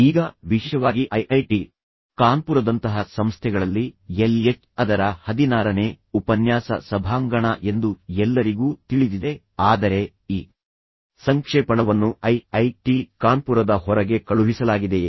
ಈಗ ವಿಶೇಷವಾಗಿ I I T ಕಾನ್ಪುರದಂತಹ ಸಂಸ್ಥೆಗಳಲ್ಲಿ ಎಲ್ಎಚ್ ಅದರ ಹದಿನಾರನೇ ಉಪನ್ಯಾಸ ಸಭಾಂಗಣ ಎಂದು ಎಲ್ಲರಿಗೂ ತಿಳಿದಿದೆ ಆದರೆ ಈ ಸಂಕ್ಷೇಪಣವನ್ನು ಐ ಐ ಟಿ ಕಾನ್ಪುರದ ಹೊರಗೆ ಕಳುಹಿಸಲಾಗಿದೆಯೇ